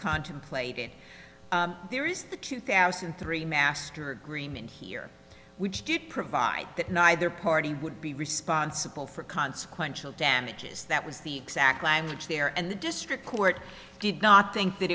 contemplated there is the two thousand and three master agreement here which did provide that neither party would be responsible for consequential damages that was the exact language there and the district court did not think that